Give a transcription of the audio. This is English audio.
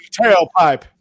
Tailpipe